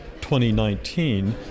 2019